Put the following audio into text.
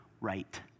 right